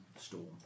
Storm